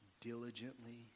diligently